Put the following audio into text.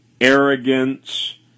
arrogance